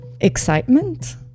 excitement